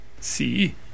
See